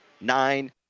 nine